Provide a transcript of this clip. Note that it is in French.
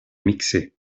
mixé